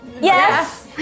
Yes